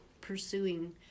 pursuing